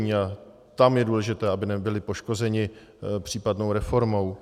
A tam je důležité, aby nebyli poškozeni případnou reformou.